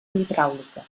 hidràulica